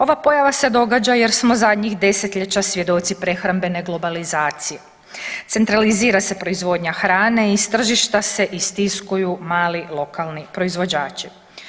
Ova pojava se događa jer smo zadnjih desetljeća svjedoci prehrambene globalizacije, centralizira se proizvodnja hrane iz tržišta se istiskuju mali lokalni proizvođači.